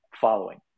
following